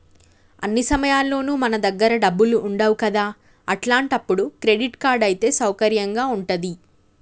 అన్ని సమయాల్లోనూ మన దగ్గర డబ్బులు ఉండవు కదా అట్లాంటప్పుడు క్రెడిట్ కార్డ్ అయితే సౌకర్యంగా ఉంటది